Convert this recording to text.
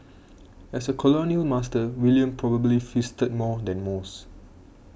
as a colonial master William probably feasted more than most